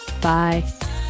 bye